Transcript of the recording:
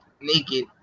naked